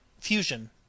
fusion